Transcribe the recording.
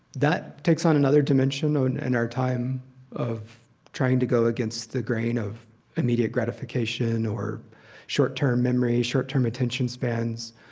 that takes on another dimension in and our time of trying to go against the grain of immediate gratification or short-term memory, short-term attention spans,